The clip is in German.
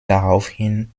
daraufhin